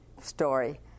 story